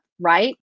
right